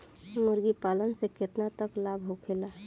मुर्गी पालन से केतना तक लाभ होखे?